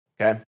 okay